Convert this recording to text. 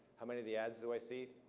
how many of the ads do i see?